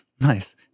Nice